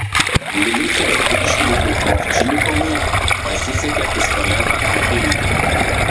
milicijos viršininkui ovčinikovui pasisekė pistoletą atimti